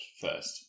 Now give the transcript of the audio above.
first